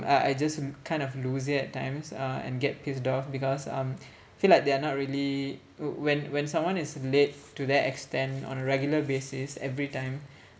I I just kind of lose it at times uh and get pissed off because um feel like they are not really when when someone is late to that extent on a regular basis every time